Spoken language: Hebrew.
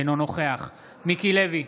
אינו נוכח מיקי לוי,